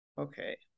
Okay